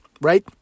right